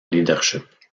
leadership